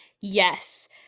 Yes